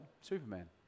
Superman